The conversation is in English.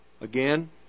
Again